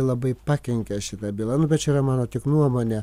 labai pakenkė šita byla nu bet čia yra mano tik nuomonė